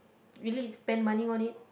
really spend money on it